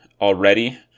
already